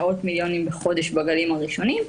מאות מיליונים בחודש בגלים הראשונים,